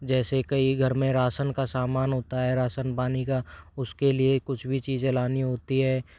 जैसे कई घर में राशन का समान होता है राशन पानी का उसके लिए कुछ भी चीज़ें लानी होती है